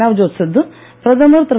நவஜோத் சித்து பிரதமர் திரு